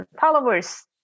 Followers